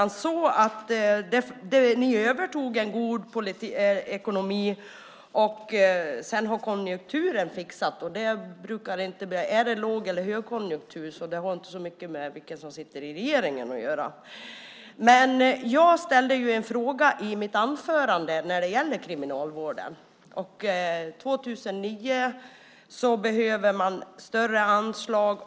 Ni övertog en god ekonomi. Sedan har konjunkturen fixat det. Att det är låg eller högkonjunktur har inte så mycket att göra med vem som sitter i regeringen. Jag ställde en fråga i mitt anförande när det gäller Kriminalvården. År 2009 behöver man större anslag.